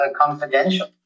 confidential